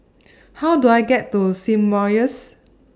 How Do I get to Symbiosis